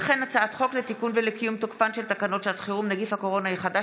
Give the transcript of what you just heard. הצעת חוק לתיקון ולקיום תוקפן של תקנות שעת חירום (נגיף הקורונה החדש,